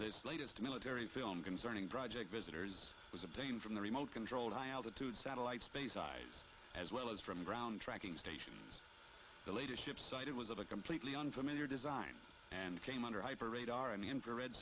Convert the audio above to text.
this latest military film concerning project visitors was obtained from the remote controlled high altitude satellite speyside as well as from ground tracking station the leadership cited was of a completely unfamiliar design and came under hyper radar and infrared